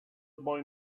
boy